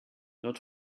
not